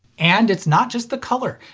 and it's not just the color.